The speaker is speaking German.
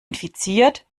infiziert